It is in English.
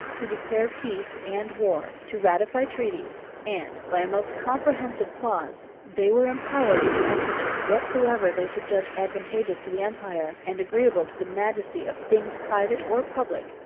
to declare peace and war, to ratify treaties and by a most comprehensive clause, they were empowered to execute whatsoever they should judge advantageous to the empire, and agreeable to the majesty of things private or public,